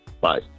Bye